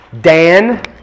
Dan